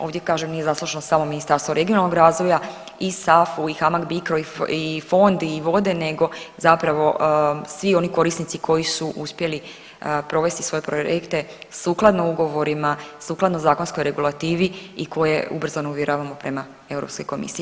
Ovdje kažem nije zaslužno samo Ministarstvo regionalnog razvoja i SAFU i HAMAC BICRO i fond i vode nego zapravo svi oni korisnici koji su uspjeli provesti svoje projekte sukladno ugovorima, sukladno zakonskoj regulativi i koje ubrzano ovjeravamo prema Europskoj komisiji.